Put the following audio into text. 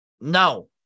No